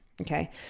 okay